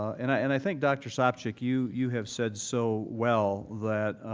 and i and i think, dr. sopcich, you you have said so well that